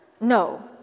No